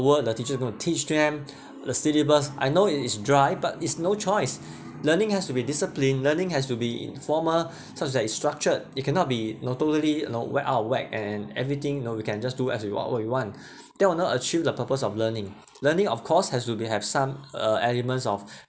what are the teachers going to teach them the syllabus I know it is dry but it's no choice learning has to be disciplined learning has to be in formal such that it's structured you cannot be know totally you know whack out of whack and everything you know you can just do as you what what you want then or not achieve the purpose of learning learning of course has to be have some uh elements of